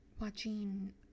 watching